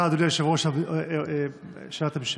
אדוני היושב-ראש, ברשותך, שאלת המשך.